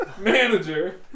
Manager